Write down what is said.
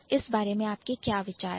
इस बारे में आपके क्या विचार है